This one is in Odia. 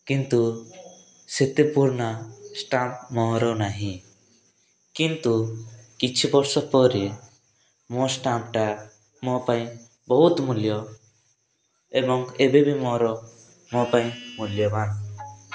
କିନ୍ତୁ ସେତେ ପୁରୁଣା ଷ୍ଟାମ୍ପ ମୋର ନାହିଁ କିନ୍ତୁ କିଛିବର୍ଷ ପରେ ମୋ ଷ୍ଟାମ୍ପଟା ମୋ ପାଇଁ ବହୁତ ମୂଲ୍ୟ ଏବଂ ଏବେ ବି ମୋର ମୋ ପାଇଁ ମୂଲ୍ୟବାନ